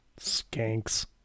Skanks